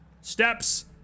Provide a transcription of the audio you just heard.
steps